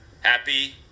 Happy